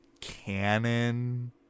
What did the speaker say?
canon